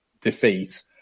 defeat